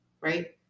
right